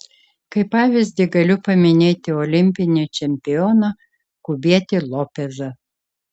kaip pavyzdį galiu paminėti olimpinį čempioną kubietį lopezą